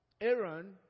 Aaron